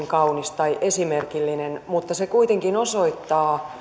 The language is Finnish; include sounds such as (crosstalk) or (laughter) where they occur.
(unintelligible) kaunis tai esimerkillinen mutta se kuitenkin osoittaa